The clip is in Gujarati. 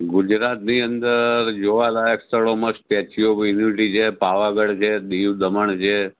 ગુજરાતની અંદર જોવાલાયક સ્થળોમાં સ્ટેચ્યૂ ઓફ યુનિટી છે પાવાગઢ છે દીવ દમણ છે